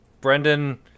Brendan